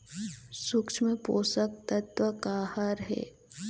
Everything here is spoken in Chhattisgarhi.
सूक्ष्म पोषक तत्व का हर हे?